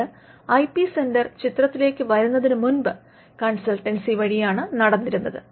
ഇത് IP centre ചിത്രത്തിലേക്ക് വരുന്നതിന് മുൻപ് കൺസൾട്ടൻസി വഴിയാണ് നടന്നിരുന്നത്